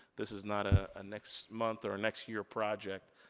this is not ah a next month, or a next year project.